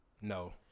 No